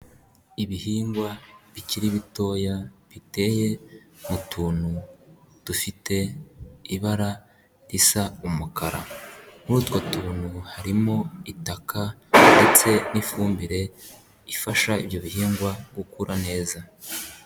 Ibihingwa bikiri bitoya biteye mu tuntu dufite ibara risa umukara, muri utwo tubuntu harimo itaka ndetse n'ifumbire ifasha ibyo bihingwa gukura neza.